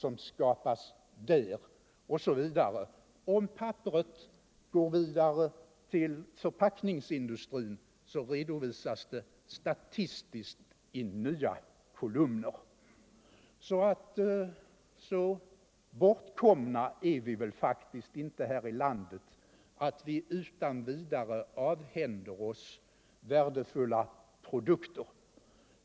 Om papperet går vidare till förpackningsindustrin redovisas det statistiskt i nya kolumner. Så bortkomna är vi faktiskt inte här i landet att vi utan vidare avhänder oss värdefulla produkter.